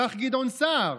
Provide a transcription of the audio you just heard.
כך גדעון סער.